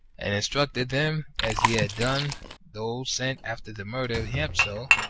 and instructed them, as he had done those sent after the murder of hiempsal,